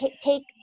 take